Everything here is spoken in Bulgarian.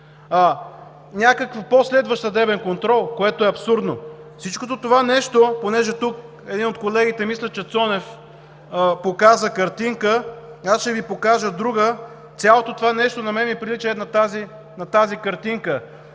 някакъв последващ съдебен контрол, което е абсурдно. Всичкото това нещо, понеже тук един от колегите, мисля, че Цонев, показа картинка, аз ще Ви покажа друга – цялото това нещо на мен ми прилича ето на тази картинка.